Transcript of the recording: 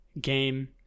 game